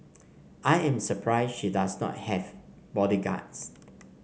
I am surprised she does not have bodyguards